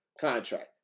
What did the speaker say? contract